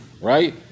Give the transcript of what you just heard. right